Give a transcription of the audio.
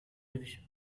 division